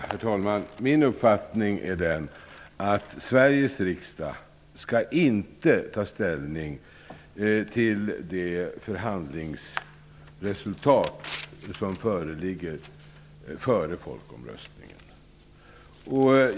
Herr talman! Min uppfattning är den att Sveriges riksdag inte före folkomröstningen skall ta ställning till det förhandlingsresultat som föreligger.